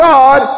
God